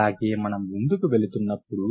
అలాగే మనం ముందుకు వెళుతున్నప్పుడు